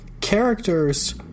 characters